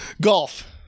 Golf